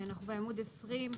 אנחנו בעמוד 20,